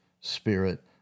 spirit